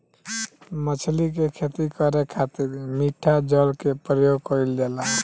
मछली के खेती करे खातिर मिठा जल के प्रयोग कईल जाला